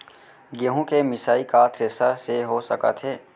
गेहूँ के मिसाई का थ्रेसर से हो सकत हे?